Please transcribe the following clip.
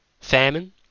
famine